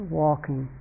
walking